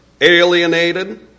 alienated